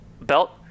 belt